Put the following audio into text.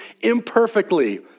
imperfectly